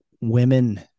Women